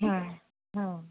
हां हां